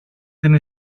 την